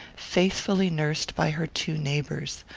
faithfully nursed by her two neighbours,